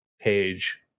page